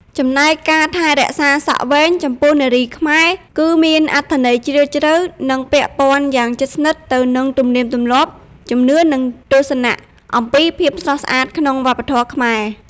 ចំណែកការថែរក្សាសក់វែងចំពោះនារីខ្មែរ គឺមានអត្ថន័យជ្រាលជ្រៅ និងពាក់ព័ន្ធយ៉ាងជិតស្និទ្ធទៅនឹងទំនៀមទម្លាប់ ជំនឿ និងទស្សនៈអំពីភាពស្រស់ស្អាតក្នុងវប្បធម៌ខ្មែរ។